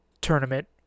tournament